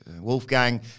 Wolfgang